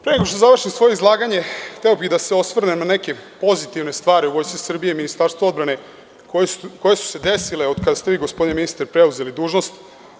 Pre nego što završim svoje izlaganje, hteo bih da se osvrnem na neke pozitivne stvari u Vojsci Srbije i Ministarstvu odbrane, koje su se desile od kada ste vi, gospodine ministre, preuzeli dužnost.